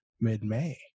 mid-May